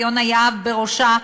ויונה יהב בראשה,